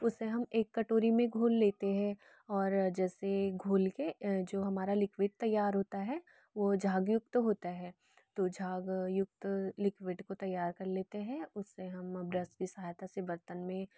उसे हम एक कटोरी में घोल लेते हैं और जैसे घोल के जो हमारा लिक्विड तैयार होता है वो झागयुक्त होता है तो झागयुक्त लिक्विड को तैयार कर लेते हैं उसे हम ब्रश की सहायता से बर्तन में